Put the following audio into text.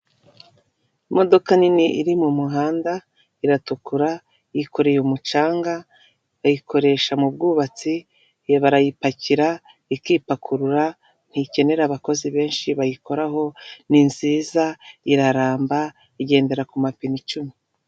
Imodoka nini iri mu muhanda, iratukura, yikoreye umucanga, bayikoresha mu bwubatsi, barayipakira ikipakurura, ntikenera abakozi benshi bayikoraho, ni nziza, iraramba, igendera ku mapine icumi.